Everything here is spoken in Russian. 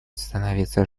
становиться